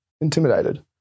Intimidated